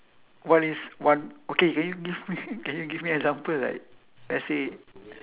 what is one okay can you give me can you give me example like let's say